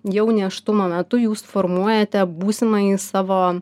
jau nėštumo metu jūs formuojate būsimąjį savo